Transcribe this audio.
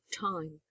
time